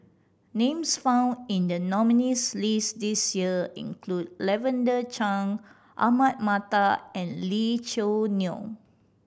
names found in the nominees' list this year include Lavender Chang Ahmad Mattar and Lee Choo Neo